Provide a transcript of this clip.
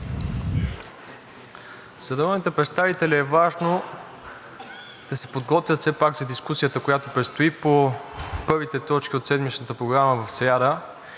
народните представители е важно да се подготвят все пак за дискусията, която предстои по първите точки от седмичната програма в сряда.